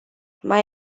mai